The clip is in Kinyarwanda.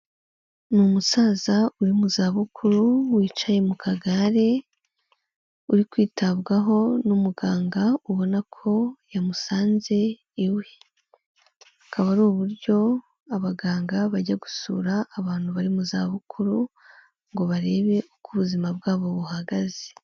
Ni umusaza uri mu zabukuru wicaye mu kagare uri kwitabwaho n'umuganga ubona ko yamusanze iwe, akaba ari uburyo abaganga bajya gusura abantu bari mu zabukuru ngo barebe uko ubuzima bwabo buhagaze.